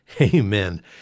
Amen